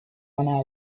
ganaba